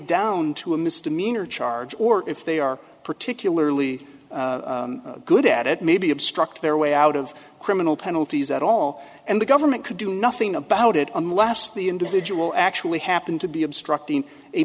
down to a misdemeanor charge or if they are particularly good at it maybe obstruct their way out of criminal penalties at all and the government could do nothing about it unless the individual actually happened to be obstructing a